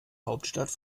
hauptstadt